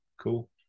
cool